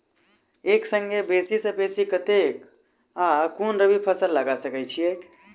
एक संगे बेसी सऽ बेसी कतेक आ केँ कुन रबी फसल लगा सकै छियैक?